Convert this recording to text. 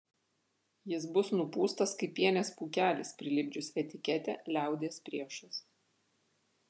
jis bus nupūstas kaip pienės pūkelis prilipdžius etiketę liaudies priešas